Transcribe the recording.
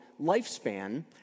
lifespan